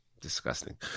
Disgusting